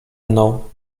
mną